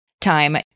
time